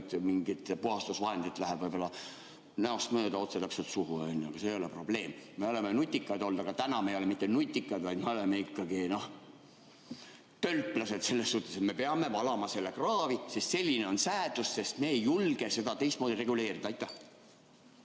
et mingit puhastusvahendit läheb näost mööda otse täpselt suhu, on ju, ja see ei ole probleem. Me oleme nutikad olnud, aga täna me ei ole mitte nutikad, vaid me oleme ikkagi tölplased selles suhtes, et me peame valama selle kraavi, sest selline on säädus ja me ei julge seda teistmoodi reguleerida. Aitäh!